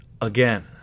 again